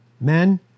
men